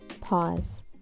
pause